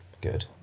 good